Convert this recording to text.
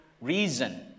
reason